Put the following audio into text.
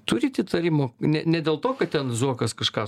turit įtarimų ne ne dėl to kad ten zuokas kažką